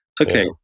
Okay